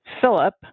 Philip